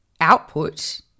output